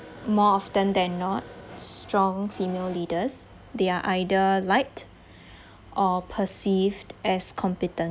more often than not strong female leaders they are either liked or perceived as competent